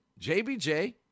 JBJ